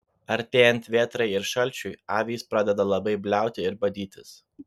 artėjant vėtrai ir šalčiui avys pradeda labai bliauti ir badytis